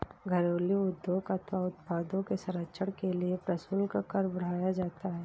घरेलू उद्योग अथवा उत्पादों के संरक्षण के लिए प्रशुल्क कर बढ़ाया जाता है